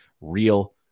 real